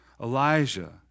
Elijah